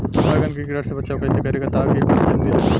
बैंगन के कीड़ा से बचाव कैसे करे ता की फल जल्दी लगे?